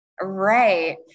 Right